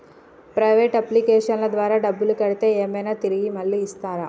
Private అప్లికేషన్ల ద్వారా డబ్బులు కడితే ఏమైనా తిరిగి మళ్ళీ ఇస్తరా?